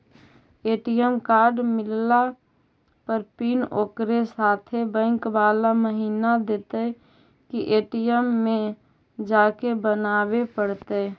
ATM card मिलला पर pin ओकरे साथे बैक बाला महिना देतै कि ए.टी.एम में जाके बना बे पड़तै?